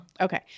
Okay